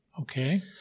Okay